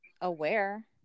aware